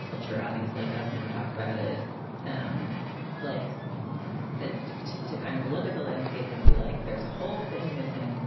culture ideas like us, never talk about it i'd and like that to to kind of look at the landscape and be like, there's a whole thing missing.